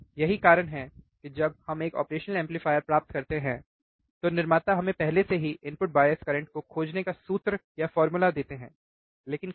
यही कारण है कि जब हम एक ऑपरेशनल एम्पलीफायर प्राप्त करते हैं तो निर्माता हमें पहले से ही इनपुट बायस करंट को खोजने का सूत्र देते हैं लेकिन कैसे